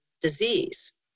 disease